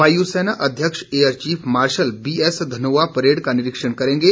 वायुसेना अध्यक्ष air chief marshal B S Dhanoa parade का निरीक्षण करेंगे